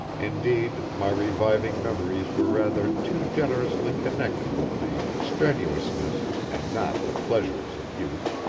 indeed my reviving memories were rather too generously connected with the strenuousness and not the pleasures of youth,